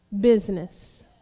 business